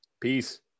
Peace